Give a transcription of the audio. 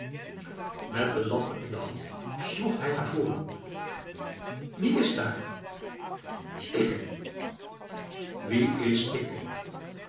met de lamp in de hand sloft hij naar voren wie is daar ikke wie is ikke